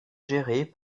gérée